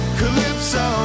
calypso